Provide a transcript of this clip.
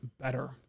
better